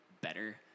better